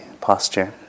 posture